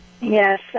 Yes